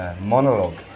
monologue